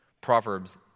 Proverbs